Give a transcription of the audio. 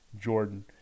Jordan